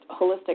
holistic